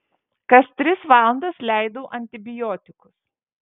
kas tris valandas leidau antibiotikus